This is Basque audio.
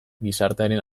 gizartearen